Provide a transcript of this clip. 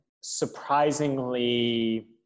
surprisingly